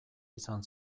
izan